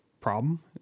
problem